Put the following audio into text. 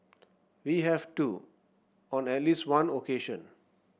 we have too on at least one occasion